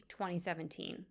2017